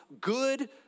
good